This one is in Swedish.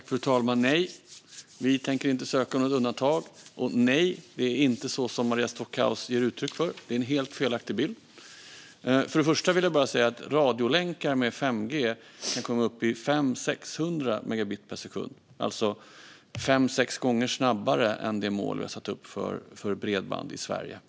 Fru talman! Nej, vi tänker inte söka något undantag. Och nej, det är inte som Maria Stockhaus ger uttryck för. Det är en helt felaktig bild. För det första kan radiolänkar med 5G komma upp i 500-600 megabit per sekund, alltså fem sex gånger snabbare än det mål som vi har satt upp för snabbt bredband i Sverige.